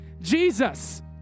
Jesus